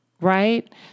right